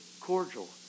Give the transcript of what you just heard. cordial